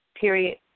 Period